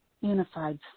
unified